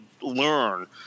learn